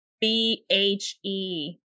B-H-E